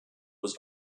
was